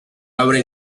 abre